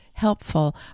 helpful